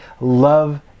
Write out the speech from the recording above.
love